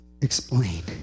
explain